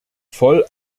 voll